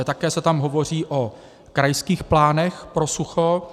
Také se tam hovoří o krajských plánech pro sucho.